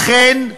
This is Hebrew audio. לכן,